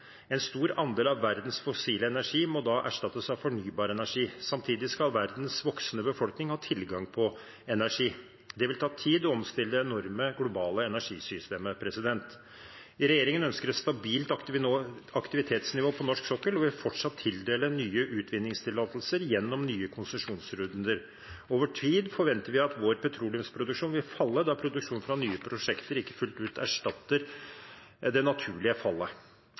En stor andel av verdens fossile energi må da erstattes av fornybar energi. Samtidig skal verdens voksende befolkning ha tilgang på energi. Det vil ta tid å omstille det enorme globale energisystemet. Regjeringen ønsker et stabilt aktivitetsnivå på norsk sokkel og vil fortsatt tildele nye utvinningstillatelser gjennom nye konsesjonsrunder. Over tid forventer vi at vår petroleumsproduksjon vil falle, da produksjonen fra nye prosjekter ikke fullt ut erstatter det naturlige fallet.